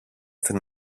την